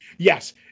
Yes